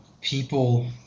people